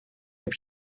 heb